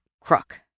Crook